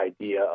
idea